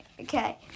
Okay